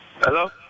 Hello